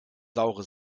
saure